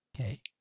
Okay